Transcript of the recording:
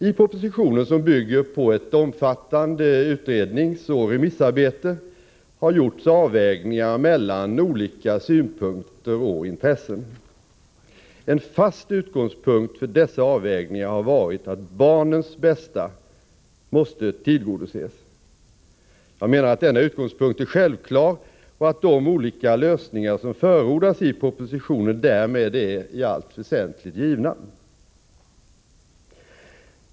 I propositionen, som bygger på ett omfattande utredningsoch remissarbete, har gjorts avvägningar mellan olika synpunkter och intressen. En fast utgångspunkt för dessa avvägningar har varit att barnets bästa måste tillgodoses. Jag menar att denna utgångspunkt är självklar och att de olika lösningar som förordas i propositionen därmed i allt väsentligt är givna.